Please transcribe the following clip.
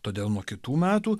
todėl nuo kitų metų